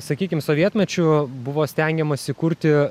sakykim sovietmečiu buvo stengiamasi kurti